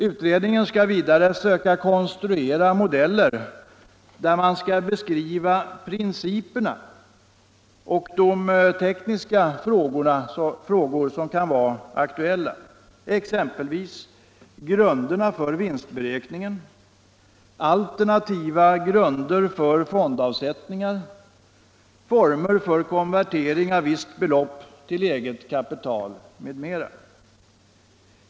Utredningen skall vidare söka konstruera modeller, där man skall beskriva principerna och de tekniska frågor som kan vara aktuella, exempelvis grunderna för vinstberäkningen, alternativa grunder för fondavsättningar och former för konvertering av visst belopp till eget kapital.